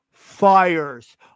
fires